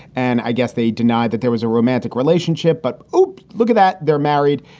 and i guess they denied that there was a romantic relationship. but ah look at that. they're married.